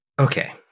Okay